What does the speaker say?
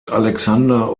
alexander